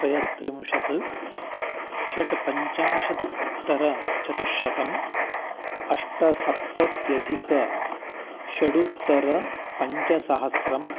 त्रयस्त्रिंशत् षट् पञ्चाशदुत्तरचतुश्शतम् अष्ट सप्तत्यधिक षडुत्तर पञ्चसहस्रम्